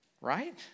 Right